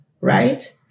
right